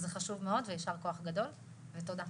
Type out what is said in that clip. וזה חשוב מאוד ויישר כוח גדול, ותודה.